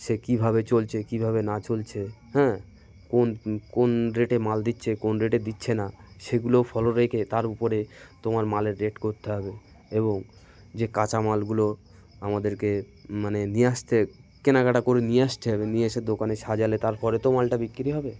সে কীভাবে চলছে কীভাবে না চলছে হ্যাঁ কোন কোন রেটে মাল দিচ্ছে কোন রেটে দিচ্ছে না সেগুলোও ফলো রেখে তার উপরে তোমার মালের রেট করতে হবে এবং যে কাঁচা মালগুলো আমাদেরকে মানে নিয়ে আসতে কেনাকাটা করে নিয়ে আসতে হবে নিয়ে এসে দোকানে সাজালে তারপরে তো মালটা বিক্রি হবে